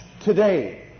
today